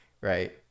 right